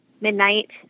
midnight